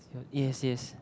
yes yes